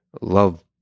love